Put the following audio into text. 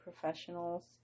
professionals